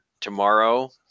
tomorrow